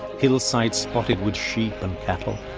hillsides spotted with sheep and cattle,